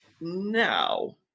now